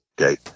Okay